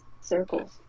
circles